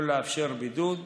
או לאפשר בידוד.